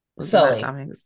Sully